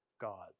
gods